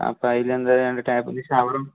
അപ്പോൾ ആതിലെന്തൊരമുണ്ട് ടാപ്പും ഈ ഷവറും